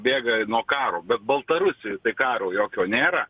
bėga nuo karo bet baltarusijoj tai karo jokio nėra